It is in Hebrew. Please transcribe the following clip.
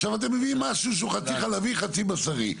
עכשיו, אתם מביאים משהו שהוא חצי חלבי וחצי בשרי.